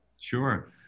Sure